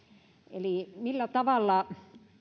eli millä tavalla